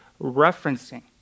referencing